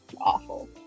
awful